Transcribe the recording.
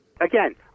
again –